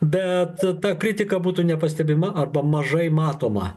bet ta kritika būtų nepastebima arba mažai matoma